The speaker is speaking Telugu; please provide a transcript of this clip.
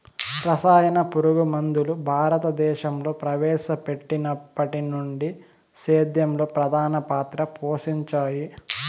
రసాయన పురుగుమందులు భారతదేశంలో ప్రవేశపెట్టినప్పటి నుండి సేద్యంలో ప్రధాన పాత్ర పోషించాయి